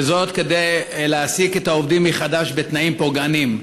וזאת כדי להעסיק את העובדים מחדש בתנאים פוגעניים.